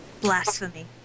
Blasphemy